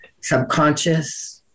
subconscious